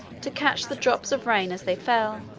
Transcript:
to catch the drops of rain as they fell.